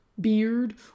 beard